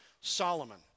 Solomon